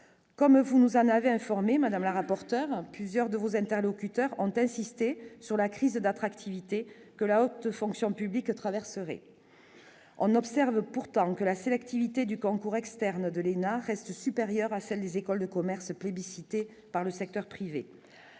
comme vous nous en avaient informé Madame la rapporteur plusieurs de vos interlocuteurs ont insisté sur la crise d'attractivité que la haute fonction publique traverserez on observe pourtant que la sélectivité du concours externe de l'ENA reste supérieure à celle des écoles de commerce, plébiscité par le secteur privé,